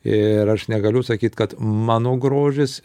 ir aš negaliu sakyt kad mano grožis